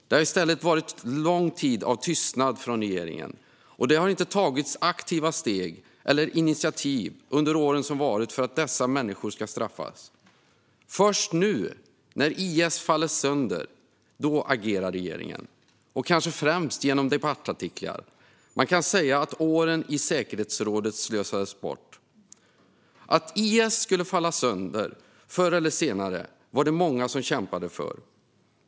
Det har i stället varit en lång tid av tystnad från regeringens sida, och det har under åren som varit inte tagits aktiva steg eller initiativ för att dessa människor ska straffas. Först nu, när IS faller sönder, agerar regeringen - och då kanske främst genom debattartiklar. Man kan nog säga att åren i säkerhetsrådet slösades bort. Att IS skulle falla sönder förr eller senare var det många som kämpade för.